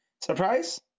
surprise